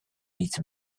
eats